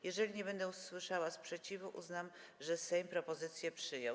Jeżeli nie będę słyszała sprzeciwu, uznam, że Sejm propozycje przyjął.